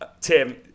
Tim